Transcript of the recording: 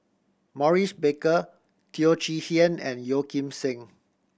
Maurice Baker Teo Chee Hean and Yeo Kim Seng